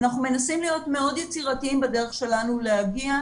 אנחנו מנסים להיות מאוד יצירתיים בדרך שלנו להגיע.